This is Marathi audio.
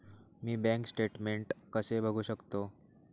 मी बँक स्टेटमेन्ट कसे बघू शकतो?